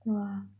!wah!